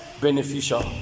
beneficial